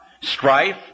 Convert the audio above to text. strife